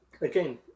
again